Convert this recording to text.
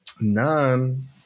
none